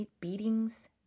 Beatings